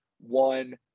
One